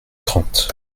trente